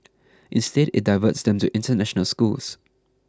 instead it diverts them to international schools